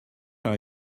are